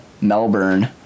Melbourne